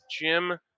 Jim